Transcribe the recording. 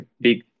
big